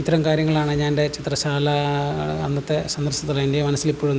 ഇത്തരം കാര്യങ്ങളാണ് ഞാനെൻ്റെ ചിത്രശാല അന്നത്തെ സന്ദർശനത്തിൽ എൻ്റെ മനസ്സിലിപ്പോഴും